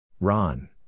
Ron